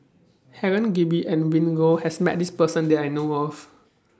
Helen Gilbey and Willin Low has Met This Person that I know of